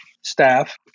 staff